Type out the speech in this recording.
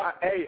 hey